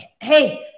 Hey